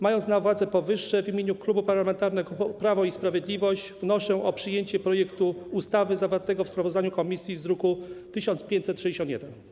Mając na uwadze powyższe, w imieniu Klubu Parlamentarnego Prawo i Sprawiedliwość wnoszę o przyjęcie projektu ustawy zawartego w sprawozdaniu komisji z druku nr 1561.